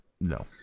no